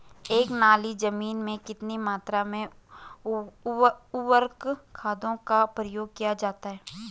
एक नाली जमीन में कितनी मात्रा में उर्वरक खादों का प्रयोग किया जाता है?